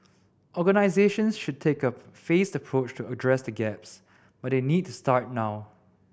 organisations should take a phased approach to address the gaps but they need to start now